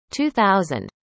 2000